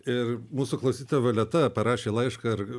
ir mūsų klausyta valeta parašė laišką ar